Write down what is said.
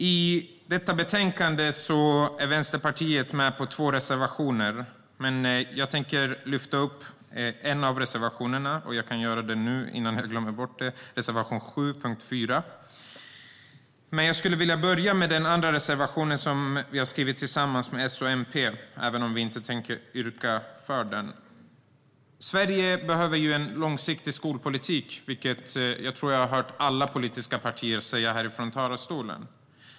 I betänkandet har Vänsterpartiet två reservationer, och jag yrkar bifall till reservation 7, punkt 4. Jag ska dock börja med den reservation vi har tillsammans med S och MP, även om jag inte tänker yrka bifall till den. Att Sverige behöver en långsiktig skolpolitik har jag nog hört alla politiska partier säga i talarstolen.